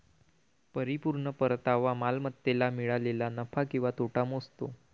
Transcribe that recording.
परिपूर्ण परतावा मालमत्तेला मिळालेला नफा किंवा तोटा मोजतो